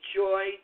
joy